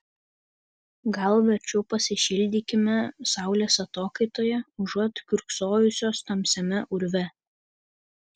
gal verčiau pasišildykime saulės atokaitoje užuot kiurksojusios tamsiame urve